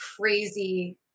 crazy